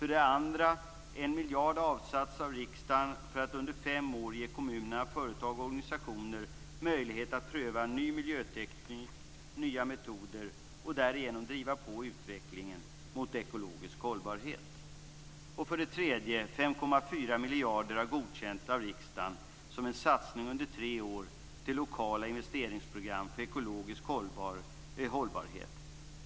Riksdagen har också avsatt 1 miljard för att under fem år ge kommuner, företag och organisationer möjlighet att pröva en ny miljöteknik och nya metoder och därigenom driva på utvecklingen mot ekologisk hållbarhet. Riksdagen har också godkänt en satsning om 5,4 miljarder under tre år till lokala investeringsprogram för ekologisk hållbarhet.